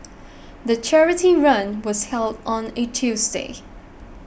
the charity run was held on a Tuesday